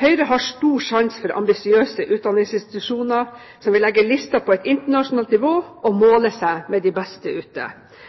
Høyre har stor sans for ambisiøse utdanningsinstitusjoner som vil legge listen på et internasjonalt nivå og måle seg med de beste ute.